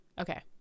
Okay